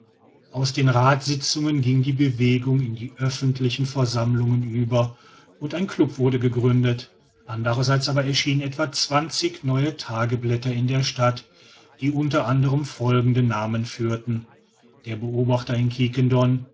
aus den ratssitzungen ging die bewegung in die öffentlichen versammlungen über und ein club wurde gegründet andererseits aber erschienen etwa zwanzig neue tageblätter in der stadt die unter anderen folgende namen führten der beobachter in